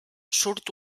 surt